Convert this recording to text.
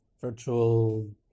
virtual